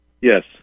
Yes